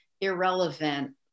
irrelevant